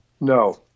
No